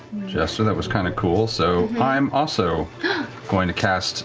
jester. that was kind of cool, so i'm also going to cast